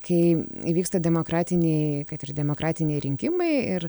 kai įvyksta demokratiniai kad ir demokratiniai rinkimai ir